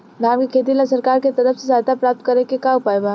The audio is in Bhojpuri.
धान के खेती ला सरकार के तरफ से सहायता प्राप्त करें के का उपाय बा?